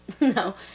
no